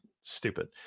stupid